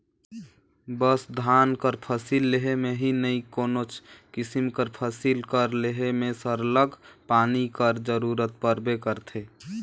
बस धान कर फसिल लेहे में ही नई कोनोच किसिम कर फसिल कर लेहे में सरलग पानी कर जरूरत परबे करथे